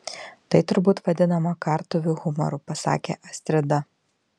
tai turbūt vadinama kartuvių humoru pasakė astrida